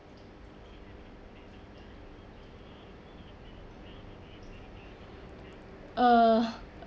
uh